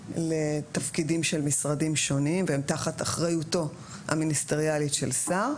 לתפקידים של משרדים שונים והן תחת אחריותו המיניסטריאלית של שר,